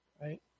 Right